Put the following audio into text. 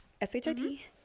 S-H-I-T